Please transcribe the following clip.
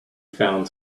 found